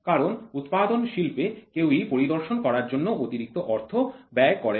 কারণ উৎপাদন শিল্পে কেউই পরিদর্শন করার জন্য অতিরিক্ত অর্থ ব্যয় করে না